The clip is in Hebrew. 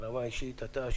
ברמה אישית: אתה,